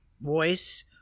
voice